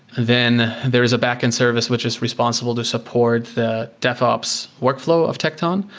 then there is a backend service, which is responsible to support the devops workflow of tecton,